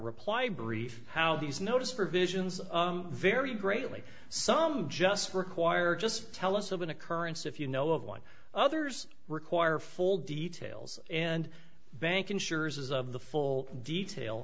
reply brief how these notice provisions very greatly some just require just tell us of an occurrence if you know of one others require full details and bank insurers of the full detail